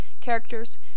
characters